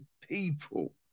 people